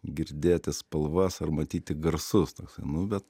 girdėti spalvas ar matyti garsus nu bet